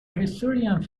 historians